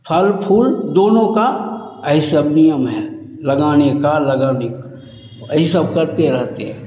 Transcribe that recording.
फल फूल दोनों का यही सब नियम है लगाने का लगाने का ही सब करते रहते हैं